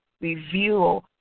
review